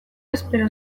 espero